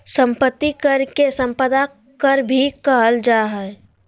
संपत्ति कर के सम्पदा कर भी कहल जा हइ